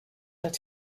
let